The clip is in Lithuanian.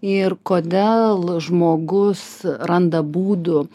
ir kodėl žmogus randa būdų